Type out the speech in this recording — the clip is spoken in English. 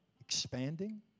expanding